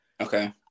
Okay